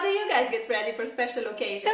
you guys get ready for special occasions?